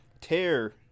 tear